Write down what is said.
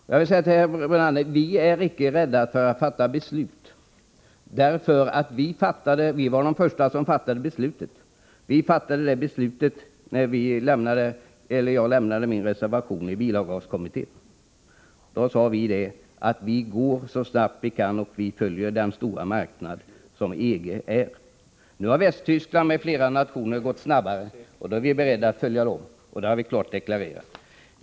Jag vill säga till herr Brunander att vi icke är rädda för att fatta beslut. Vi var de första som fattade beslutet — det gjorde vi när jag lämnade min reservation i bilavgaskommittén. Då sade vi att vi går så snabbt vi kan, och vi följer den stora marknad som EG är. Nu har Västtyskland m.fl. nationer gått snabbare. Då är vi beredda att följa dem, och det har vi klart deklarerat.